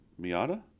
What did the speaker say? Miata